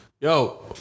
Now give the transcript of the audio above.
Yo